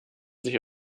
sich